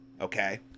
Okay